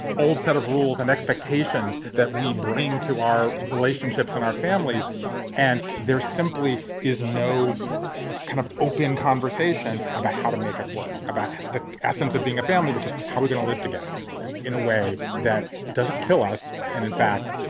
old set of rules and expectations that we bring to our relationships in our families and there simply is no kind of open conversation about how to make it work, about the essence of being a family, which is how we're gonna live together in a way that doesn't kill us. and in fact,